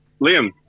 Liam